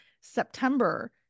September